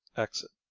exit.